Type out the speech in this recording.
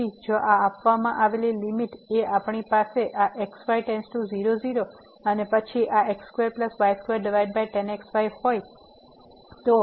તેથી જો આ આપવામાં આવેલી લીમીટ એ આપણી પાસે આ x y → 00 અને પછી આ x2y2tan xy હોય તો